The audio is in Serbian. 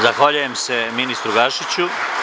Zahvaljujem se ministru Gašiću.